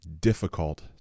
difficult